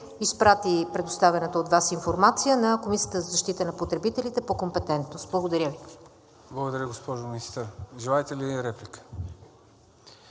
изпрати предоставената от Вас информация на Комисията за защита на потребителите по компетентност. Благодаря Ви. ПРЕДСЕДАТЕЛ ЦОНЧО ГАНЕВ: Благодаря, госпожо Министър. Желаете ли реплика?